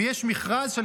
ויש מכרז,